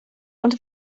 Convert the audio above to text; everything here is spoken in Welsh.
ond